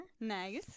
Nice